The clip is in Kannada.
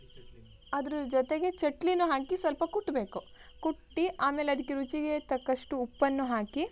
ಅದ್ರ ಜೊತೆಗೆ ಚಟ್ಲಿನೂ ಹಾಕಿ ಸ್ವಲ್ಪ ಕುಟ್ಟಬೇಕು ಕುಟ್ಟಿ ಆಮೇಲೆ ಅದಕ್ಕೆ ರುಚಿಗೆ ತಕ್ಕಷ್ಟು ಉಪ್ಪನ್ನು ಹಾಕಿ